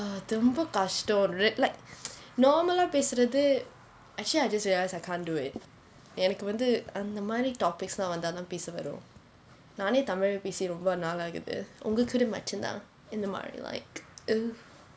அது ரொம்ப கஷ்டம்:athu romba kashtam like normal ah பேசுறது:pesurathu actually I just realise I can't do it எனக்கு வந்து அந்த மாதிரி:enakku vanthu antha maathiri topics எல்லாம் வந்தா தான் பேச வரும் நானே தமிழில் பேசி ரொம்ப நாள் ஆகுது உங்க கூட மட்டும் தான் இந்த மாதிரி:ellaam vanthaa thaan pesa varum naane tamilil pesi romba naal aakuthu unga kuda mattum thaan intha maathiri like